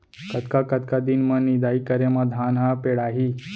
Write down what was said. कतका कतका दिन म निदाई करे म धान ह पेड़ाही?